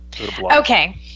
Okay